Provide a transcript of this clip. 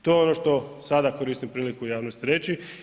To je ono što sada koristim priliku javnosti reći.